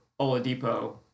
Oladipo